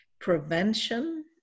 prevention